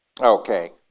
Okay